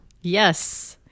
yes